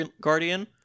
guardian